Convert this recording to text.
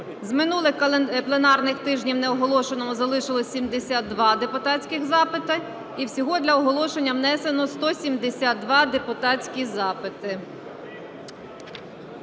З минулих пленарних тижнів неоголошеними залишились 72 депутатські запити. І всього для оголошення внесено 172 депутатські запити.